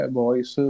boys